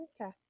Okay